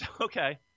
Okay